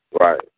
Right